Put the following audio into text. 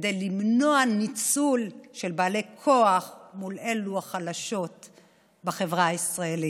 כדי למנוע ניצול של בעלי כוח מול אלה החלשות בחברה הישראלית.